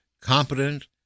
competent